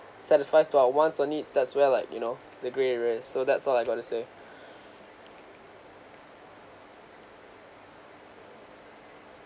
satisfies to our wants or needs that's where like you know the grey area so that's all I got to say